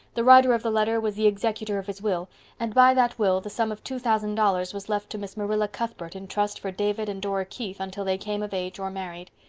the writer of the letter was the executor of his will and by that will the sum of two thousand dollars was left to miss marilla cuthbert in trust for david and dora keith until they came of age or married.